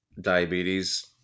diabetes